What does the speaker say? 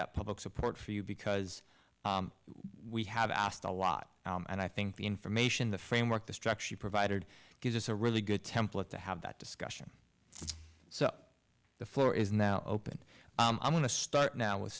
that public support for you because we have asked a lot and i think the information the framework the struck she provided gives us a really good template to have that discussion so the floor is now open i'm going to start now with